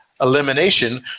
elimination